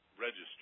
register